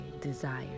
desire